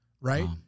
right